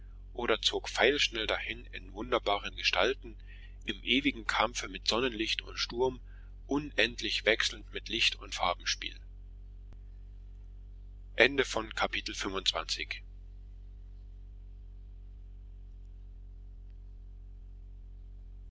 oder zog pfeilschnell dahin in wunderbaren gestalten im ewigen kampfe mit sonnenlicht und sturm unendlich wechselnd mit licht und farbenspiel